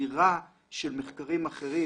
גזירה של מחקרים אחרים,